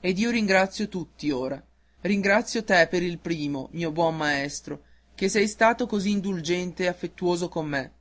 ed io ringrazio tutti ora ringrazio te per il primo mio buon maestro che sei stato così indulgente e affettuoso con me